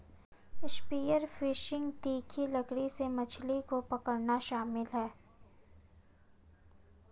spear fishing तीखी लकड़ी से मछली को पकड़ना शामिल है